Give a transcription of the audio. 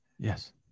yes